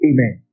Amen